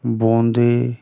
বোঁদে